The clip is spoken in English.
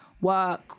work